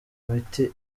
miti